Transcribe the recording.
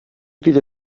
viele